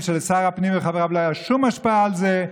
שלשר הפנים ולחבריו לא הייתה שום השפעה עליה.